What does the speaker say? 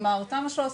כלומר, תמ"א 6/13,